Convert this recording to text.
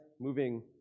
moving